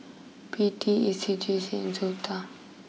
P T A C J C and Sota